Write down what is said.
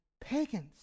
pagans